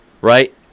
Right